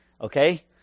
okay